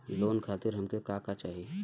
Loan खातीर हमके का का चाही?